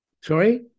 Sorry